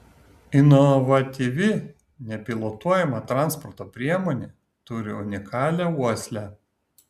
inovatyvi nepilotuojama transporto priemonė turi unikalią uoslę